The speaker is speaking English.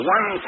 One